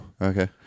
Okay